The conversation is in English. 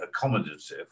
accommodative